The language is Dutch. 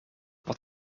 wat